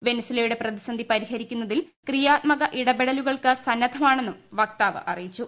വെനസ്വേലയിലെ പ്രതിസന്ധി പരിഹരിക്കുന്നതിന് ക്രിയാത്മക ഇടപെടലുകൾക്ക് സന്നദ്ധമാണെന്നും വക്താവ് അറിയിച്ചു